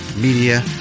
Media